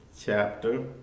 chapter